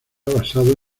basado